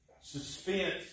suspense